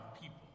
people